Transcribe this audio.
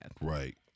Right